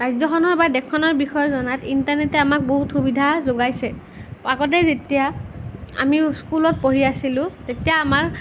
ৰাজ্যখনৰ বা দেশখনৰ বিষয়ে জনাত ইন্টাৰনেটে আমাক বহুত সুবিধা যোগাইছে আগতে যেতিয়া আমি স্কুলত পঢ়ি আছিলোঁ তেতিয়া আমাৰ